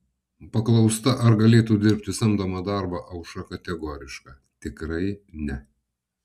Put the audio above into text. paklausta ar galėtų dirbti samdomą darbą aušra kategoriška tikrai ne